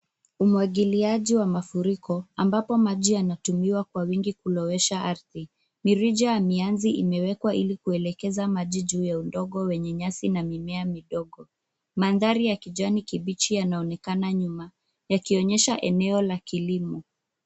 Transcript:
Umwagiliaji wa mafuriko, ambapo maji yanatumiwa kwa wingi kulowesha ardhi. Mirija ya mianzi imewekwa ili kuelekeza maji juu ya udongo wenye nyasi na mimea midogo. Mandhari ya kijani kibichi yanaonekana nyuma, yakionyesha eneo la kilimo.